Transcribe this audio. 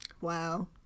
Wow